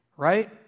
right